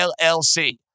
LLC